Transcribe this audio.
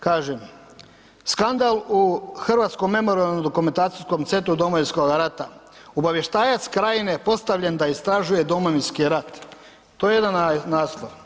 Kažem – skandal u Hrvatskom memorijalno-dokumentacijskom centru Domovinskoga rata, „Obavještajac Krajine postavljen da istražuje Domovinski rat“ to je jedan naslov.